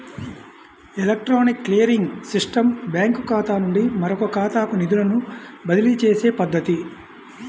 electronic clearing system బ్యాంకుఖాతా నుండి మరొకఖాతాకు నిధులను బదిలీచేసే పద్ధతి